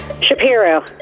Shapiro